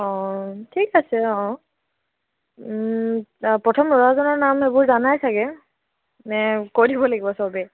অ ঠিক আছে অ ওম প্ৰথম ল'ৰাজনৰ নাম এইবোৰ জানাই চাগৈ নে কৈ দিব লাগিব সবেই